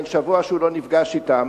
אין שבוע שהוא לא נפגש אתם,